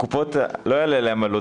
לקופות אין עלות.